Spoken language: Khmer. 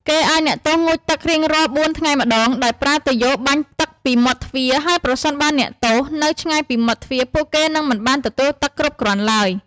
គេឱ្យអ្នកទោសងូតទឹករៀងរាល់បួនថ្ងៃម្តង ដោយប្រើទុយយ៉ូបាញ់ទឹកពីមាត់ទ្វារ ហើយ ប្រសិនបើអ្នកទោសនៅឆ្ងាយពីមាត់ទ្វារ ពួកគេនឹងមិនបានទទួលទឹកគ្រប់គ្រាន់ឡើយ។